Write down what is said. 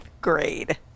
grade